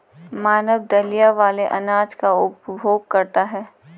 मानव दलिया वाले अनाज का उपभोग करता है